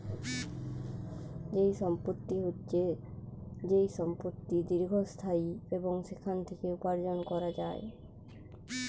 যেই সম্পত্তি হচ্ছে যেই সম্পত্তি দীর্ঘস্থায়ী এবং সেখান থেকে উপার্জন করা যায়